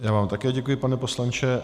Já vám také děkuji, pane poslanče.